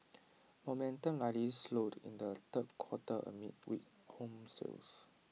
momentum likely slowed in the third quarter amid weak home sales